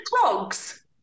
clogs